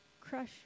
Crush